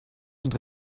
und